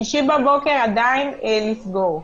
שישי בבוקר עדיין לסגור,